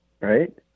right